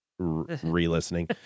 re-listening